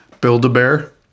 Build-A-Bear